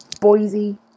Boise